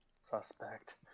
suspect